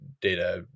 data